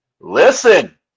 Listen